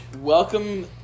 Welcome